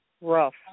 Rough